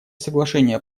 соглашения